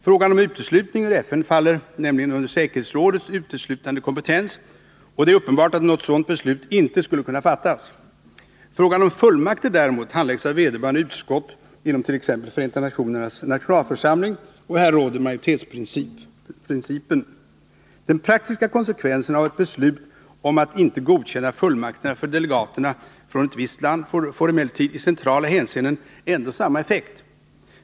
Frågan om uteslutning ur FN faller nämligen under säkerhetsrådets uteslutandekompetens. Och det är uppenbart att något sådant beslut inte skulle kunna fattas. Frågan om fullmakter däremot handläggs av vederbörande utskott inom t.ex. Förenta nationernas nationalförsamling, och där råder majoritetsprincipen. Den praktiska konsekvensen av ett beslut om att inte godkänna fullmakterna för delegater från ett visst land får emellertid i centrala hänseenden ändå samma effekt.